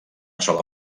sola